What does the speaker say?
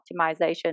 optimization